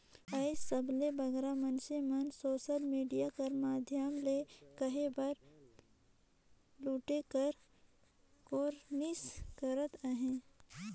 आएज सबले बगरा मइनसे मन सोसल मिडिया कर माध्यम ले कहे बर लूटे कर कोरनिस करत अहें